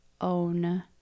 own